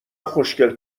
خوشگل